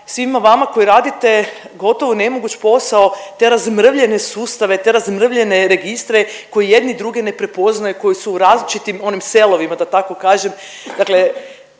svima vama koji radite gotovo nemoguć posao, te razmrvljene sustave, te razmrvljene registre koji jedni druge ne prepoznaju, koji su u različitim onim „selovima“, da tako kažem, dakle